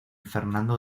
fernando